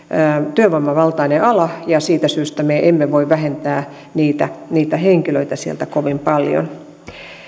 työvoimavaltainen ala ja siitä syystä me emme voi vähentää niitä niitä henkilöitä sieltä kovin paljon